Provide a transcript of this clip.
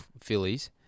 fillies